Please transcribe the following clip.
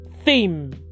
theme